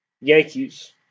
Yankees